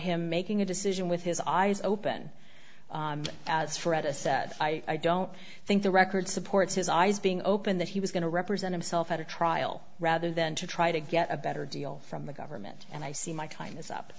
him making a decision with his eyes open as fred a said i i don't think the record supports his eyes being open that he was going to represent himself at a trial rather than to try to get a better deal from the government and i see my time is up